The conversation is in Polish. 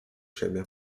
siebie